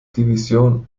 division